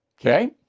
Okay